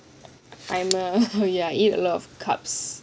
I'm a ya I eat a lot of carbs